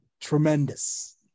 tremendous